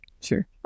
sure